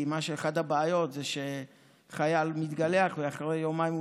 כי אחת הבעיות היא שחייל מתגלח ואחרי יומיים הוא